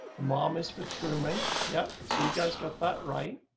ah mom is for truman. yeah. so you guys got that right.